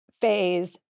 phase